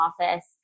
office